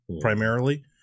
primarily